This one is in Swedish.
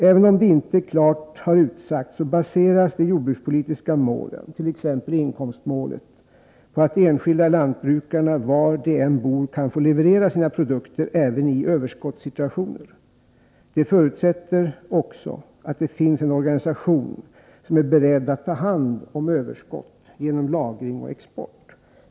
Även om det inte klart har utsagts, baseras de jordbrukspolitiska målen — t.ex. inkomstmålet — på att de enskilda lantbrukarna, var de än bor, kan få leverera sina produkter även i kooperationens möjligheter att bedriva aktiv med överskottssituationer. Det förutsätts också att det finns en organisation som är beredd att-ta hand om överskott, genom lagring och export.